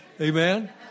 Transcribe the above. Amen